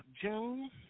June